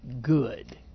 good